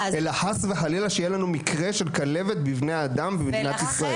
אלא חס וחלילה שיהיה לנו מקרה של כלבת בבני האדם במדינת ישראל.